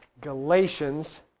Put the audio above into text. Galatians